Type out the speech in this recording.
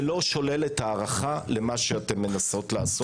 זה לא שולל את ההערכה למה שאתן מנסות לעשות.